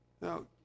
Now